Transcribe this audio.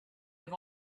have